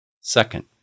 Second